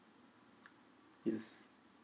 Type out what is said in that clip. yes